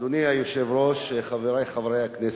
אדוני היושב-ראש, חברי חברי הכנסת,